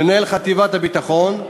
מנהל חטיבת הביטחון,